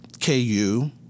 KU